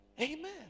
amen